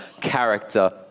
character